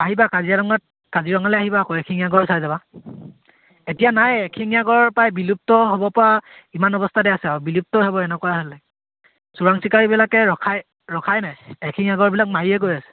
আহিবা কাজিৰঙাত কাজিৰঙালৈ আহিবা আকৌ এশিঙীয়া গঁড় চাই যাবা এতিয়া নাই এশিঙীয়া গঁড় প্ৰায় বিলুপ্ত হ'ব পৰা ইমান অৱস্থাতে আছে আৰু বিলুপ্তই হ'ব এনেকুৱা হ'লে চোৰাং চিকাৰীবিলাকে ৰখাই ৰখাই নাই এশিঙীয়া গঁড়বিলাক মাৰিয়ে গৈ আছে